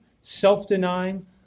self-denying